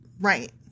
Right